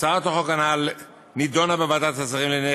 הצעת החוק הנ"ל נדונה בוועדת השרים לענייני